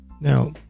Now